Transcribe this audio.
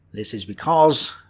this is because,